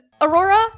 Aurora